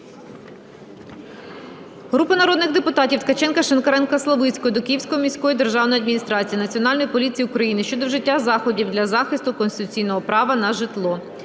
Групи народних депутатів (Ткаченка, Шинкаренка, Славицької) до Київської міської державної адміністрації, Національної поліції України щодо вжиття заходів для захисту конституційного права на житло.